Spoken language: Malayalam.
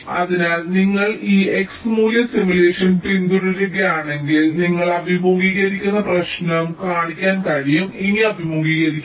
അതിനാൽ നിങ്ങൾ ഈ x മൂല്യ സിമുലേഷൻ പിന്തുടരുകയാണെങ്കിൽ നിങ്ങൾ അഭിമുഖീകരിക്കുന്ന പ്രശ്നം കാണിക്കാൻ കഴിയും ഇനി അഭിമുഖീകരിക്കില്ല